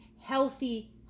healthy